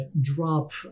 drop